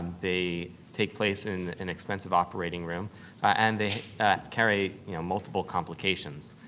they take place in an expensive operating room and they carry you know multiple complications.